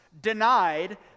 denied